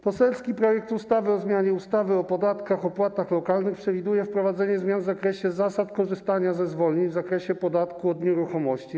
Poselski projekt ustawy o zmianie ustawy o podatkach i opłatach lokalnych przewiduje wprowadzenie zmian dotyczących zasad korzystania ze zwolnień w zakresie podatku od nieruchomości.